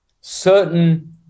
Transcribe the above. certain